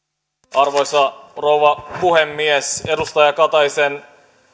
arvoisa rouva puhemies edustaja kataisen